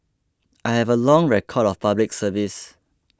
I have a long record of Public Service